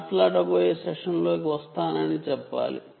అది సెషన్ల గురించి చెప్పాలి